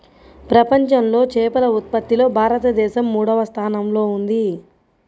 ప్రపంచంలో చేపల ఉత్పత్తిలో భారతదేశం మూడవ స్థానంలో ఉంది